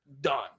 done